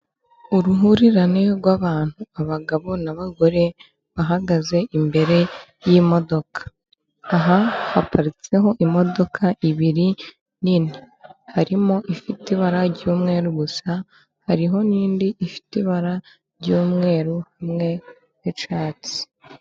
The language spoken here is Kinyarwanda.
Uruhurirane rw'abantu, abagabo n'abagore bahagaze imbere y'imodoka. Aha haparitseho imodoka ebyiri nini. Harimo ifite ibara ry'umweru gusa, hariho n'indi ifite ibara ry'umweru hamwe n'icyatsi.